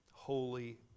holy